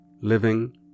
living